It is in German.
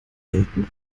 gelten